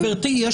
גברתי.